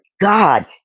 God